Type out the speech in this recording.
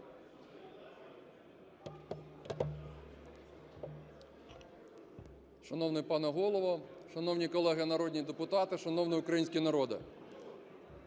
Шановний пане Голово! Шановні колеги народні депутати! Шановний український народе!